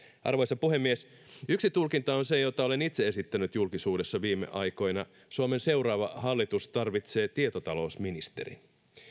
yksi tulkinta on se jota olen itse esittänyt julkisuudessa viime aikoina suomen seuraava hallitus tarvitsee tietotalousministerin